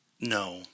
No